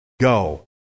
go